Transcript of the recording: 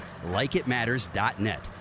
LikeItMatters.net